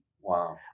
Wow